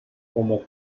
como